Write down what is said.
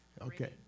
Okay